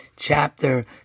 Chapter